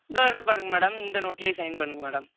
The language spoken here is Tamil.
இதோ இருக்கு பாருங்கள் மேடம் இந்த நோட்லையே சைன் பண்ணுங்கள் மேடம்